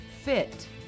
Fit